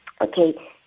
okay